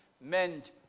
meant